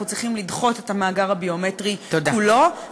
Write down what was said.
ואנחנו צריכים לדחות את המאגר הביומטרי כולו.